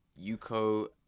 Yuko